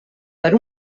per